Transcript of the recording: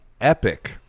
epic